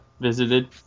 visited